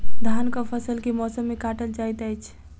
धानक फसल केँ मौसम मे काटल जाइत अछि?